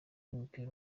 w’umupira